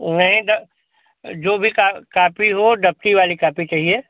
नहीं द जो भी कापी हो डप्ती वाली कापी चाहिए